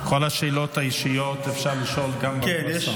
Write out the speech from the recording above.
את כל השאלות האישיות אפשר לשאול גם בפרסה.